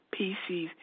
PCs